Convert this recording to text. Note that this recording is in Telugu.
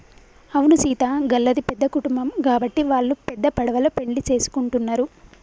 అవును సీత గళ్ళది పెద్ద కుటుంబం గాబట్టి వాల్లు పెద్ద పడవలో పెండ్లి సేసుకుంటున్నరు